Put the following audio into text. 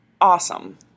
awesome